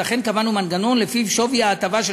ולכן קבענו מנגנון שלפיו שווי ההטבה של